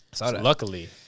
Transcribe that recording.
luckily